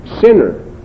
sinner